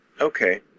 Okay